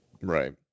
Right